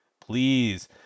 Please